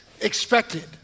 expected